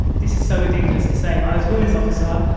this is so ridiculous to say but i was women's officer,